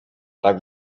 tak